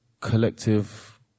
collective